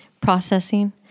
processing